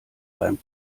beim